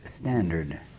standard